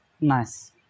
Nice